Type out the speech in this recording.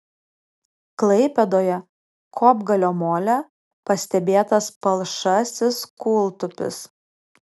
klaipėdoje kopgalio mole pastebėtas palšasis kūltupis